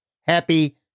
happy